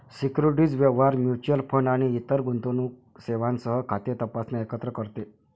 securities व्यवहार, mutual fund आणि इतर गुंतवणूक सेवांसह खाते तपासणे एकत्र करते